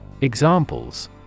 Examples